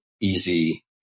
easy